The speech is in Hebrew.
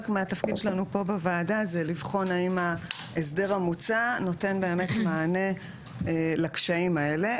מהתפקיד שלנו פה בוועדה זה לבחון האם ההסדר המוצע נותן מענה לקשיים האלה.